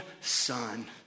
son